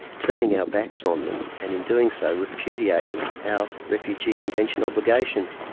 turning our backs on them, and in doing so, repudiating our refugee convention obligations.